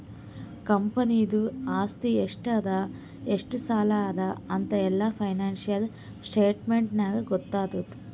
ಕಂಪನಿದು ಆಸ್ತಿ ಎಷ್ಟ ಅದಾ ಎಷ್ಟ ಸಾಲ ಅದಾ ಅಂತ್ ಎಲ್ಲಾ ಫೈನಾನ್ಸಿಯಲ್ ಸ್ಟೇಟ್ಮೆಂಟ್ ನಾಗೇ ಗೊತ್ತಾತುದ್